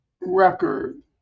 record